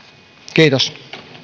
kiitos